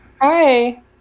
Hi